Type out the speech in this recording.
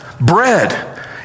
Bread